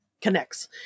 connects